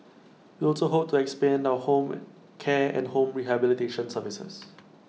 we also hope to expand our home care and home rehabilitation services